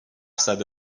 زده